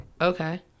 Okay